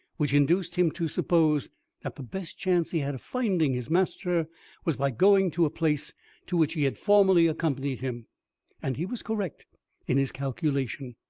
which induced him to suppose that the best chance he had of finding his master was by going to a place to which he had formerly accompanied him and he was correct in his calculation.